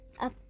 up